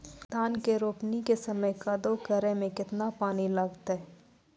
धान के रोपणी के समय कदौ करै मे केतना पानी लागतै?